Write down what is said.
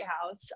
House